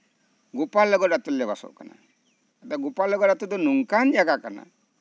ᱜᱳᱯᱟᱞᱱᱚᱜᱚᱨ ᱟᱛᱳ ᱨᱮᱞᱮ ᱵᱟᱥᱚᱜ ᱠᱟᱱᱟ ᱜᱳᱯᱟᱞᱱᱚᱜᱚᱨ ᱟᱛᱳ ᱫᱚ ᱱᱚᱝᱠᱟᱱ ᱡᱟᱭᱜᱟ ᱠᱟᱱᱟ